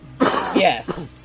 Yes